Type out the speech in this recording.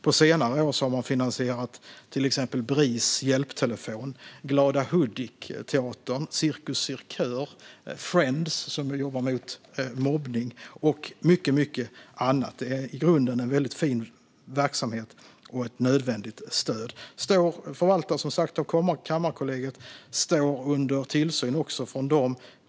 På senare år har man finansierat till exempel Bris hjälptelefon, Glada Hudik-teatern, Cirkus Cirkör och Friends, som jobbar mot mobbning, samt mycket annat. Det är i grunden en mycket fin verksamhet och ett nödvändigt stöd. Den förvaltas av Kammarkollegiet och står under tillsyn från dem.